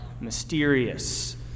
mysterious